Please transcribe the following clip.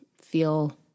feel